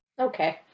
Okay